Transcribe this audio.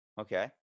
Okay